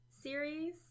series